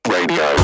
Radio